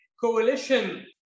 coalition